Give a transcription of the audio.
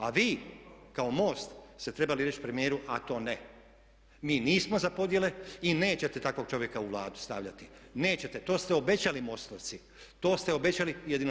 A vi kao MOST ste trebali reći premijer a to ne, mi nismo za podjele i nećete takvog čovjeka u Vladu stavljati, nećete, to ste obećali MOST-ovci, to ste obećali, jedino